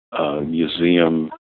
Museum